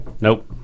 Nope